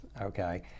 Okay